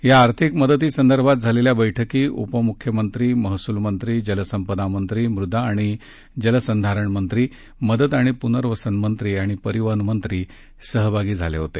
या आर्थिक मदतीसंदर्भात झालेल्या बैठकी उपमुख्यमंत्री महसूलमंत्री जलसंपदामंत्री मृदा आणि जलसंधारणमंत्री मदत आणि पुनर्वसन मंत्री आणि परिवहनमंत्री सहभागी झाले होते